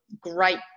great